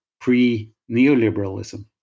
pre-neoliberalism